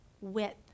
width